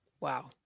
Wow